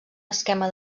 esquema